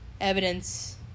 evidence